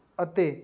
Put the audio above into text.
ਅਤੇ